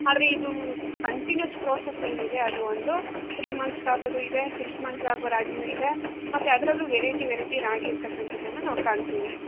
ಆದರೆ ಇದು continuous process ಏನಿದೆ ಅದು ಒಂದು ತ್ರೀ ಮಂತ್ಸ್ಗಾಗೋದು ಇದೆ ಸಿಕ್ಸ್ ಮಂತ್ಸ್ಗಾಗೋ ರಾಗಿನು ಇದೆ ಮತ್ತೆ ಅದರಲ್ಲೂ ವೆರೈಟಿ ವೆರೈಟಿ ರಾಗಿ ಇರ್ತಕ್ಕಂತದ್ದನ್ನು ನಾವು ಕಾಣ್ತೀವಿ